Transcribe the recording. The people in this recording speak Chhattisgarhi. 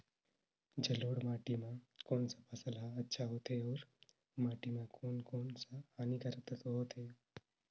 जलोढ़ माटी मां कोन सा फसल ह अच्छा होथे अउर माटी म कोन कोन स हानिकारक तत्व होथे?